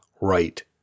right